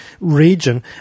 region